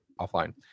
offline